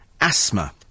asthma